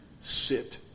sit